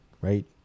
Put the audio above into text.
right